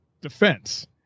defense